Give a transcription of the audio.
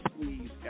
please